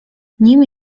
nim